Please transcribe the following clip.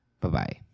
Bye-bye